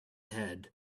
head